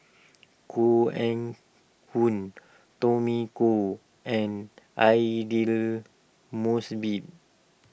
Koh Eng Hoon Tommy Koh and Aidli Mosbit